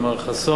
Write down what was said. אם מר חסון,